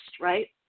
right